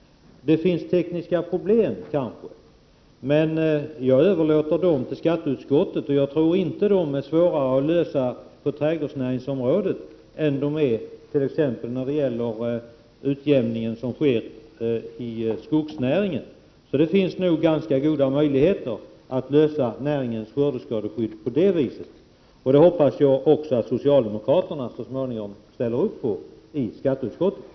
Det finns kanske tekniska problem, men dessa överlåter jag åt skatteutskottet. Jag tror 30 november 1988 inte att dessa problem är svårare att lösa på trädgårdsnäringsområdet än de är beträffande utjämningen inom skogsnäringen. Det finns därför ganska goda möjligheter att lösa frågan om trädgårdsnäringens skördeskadeskydd. Jag hoppas att socialdemokraterna i skatteutskottet så småningom också tar sig an det problemet.